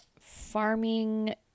farming